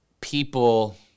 people